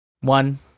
One